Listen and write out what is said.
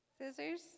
Scissors